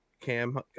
cam